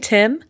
Tim